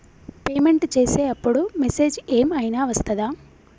Payment చేసే అప్పుడు message ఏం ఐనా వస్తదా?